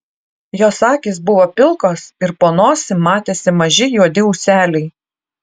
jos akys buvo pilkos ir po nosim matėsi maži juodi ūseliai